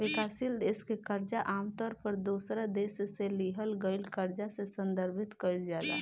विकासशील देश के कर्जा आमतौर पर दोसरा देश से लिहल गईल कर्जा से संदर्भित कईल जाला